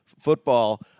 football